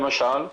למשל,